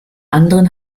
anderen